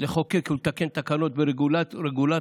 בלחוקק ולתקן תקנות רגולטוריות,